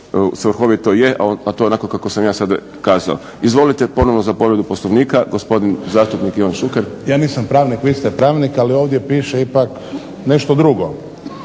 svrhovito je, a to je onako kako sam ja sada kazao. Izvolite ponovno za povredu Poslovnika, gospodin zastupnik Ivan Šuker. **Šuker, Ivan (HDZ)** Ja nisam pravnik, vi ste pravnik, ali ovdje piše ipak nešto drugo.